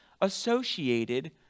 associated